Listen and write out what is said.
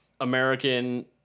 American